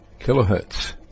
kilohertz